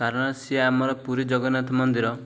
କାରଣ ସିଏ ଆମର ପୁରୀ ଜଗନ୍ନାଥ ମନ୍ଦିର